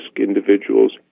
individuals